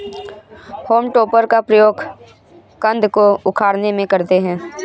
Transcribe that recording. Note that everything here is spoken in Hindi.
होम टॉपर का प्रयोग कन्द को उखाड़ने में करते हैं